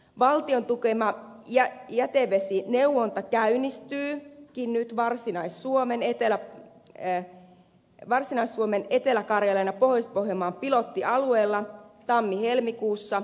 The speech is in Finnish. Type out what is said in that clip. valtion tukena ja jätevesi neuvonta käynnistyy kiinnyt tukema jätevesineuvonta käynnistyykin nyt varsinais suomen etelä karjalan ja pohjois pohjanmaan pilottialueilla tammihelmikuussa